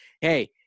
Hey